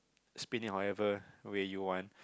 spin it however way you want